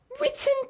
written